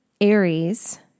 Aries